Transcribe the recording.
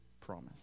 promise